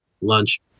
lunch